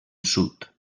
sud